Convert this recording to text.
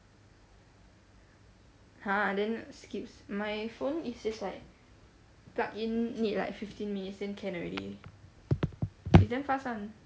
!huh! then skips my phone is just like plug in need like fifteen minutes then can already it's damn fast [one]